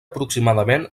aproximadament